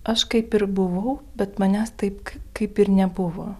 aš kaip ir buvau bet manęs taip k kaip ir nebuvo